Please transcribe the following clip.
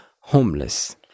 homeless